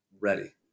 ready